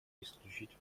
исключить